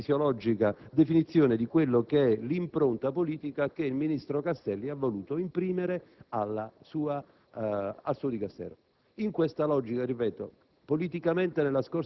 filosofica e fisiologica definizione dell'impronta politica che il ministro Castelli ha voluto imprimere al suo Dicastero.